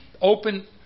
open